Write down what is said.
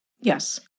Yes